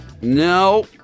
No